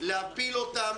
להפיל אותן,